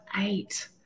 Eight